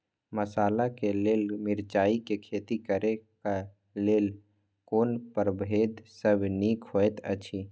मसाला के लेल मिरचाई के खेती करे क लेल कोन परभेद सब निक होयत अछि?